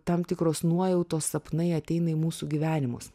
tam tikros nuojautos sapnai ateina į mūsų gyvenimus